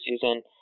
season